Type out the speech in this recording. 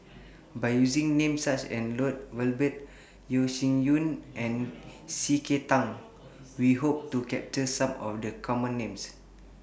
By using Names such as Lloyd Valberg Yeo Shih Yun and C K Tang We Hope to capture Some of The Common Names